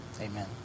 Amen